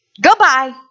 Goodbye